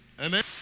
Amen